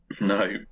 No